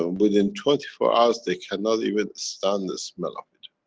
um within twenty four hours, they cannot even stand the smell of it.